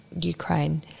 Ukraine